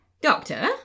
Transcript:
Doctor